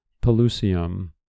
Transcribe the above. Pelusium